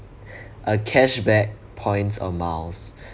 a cashback points or miles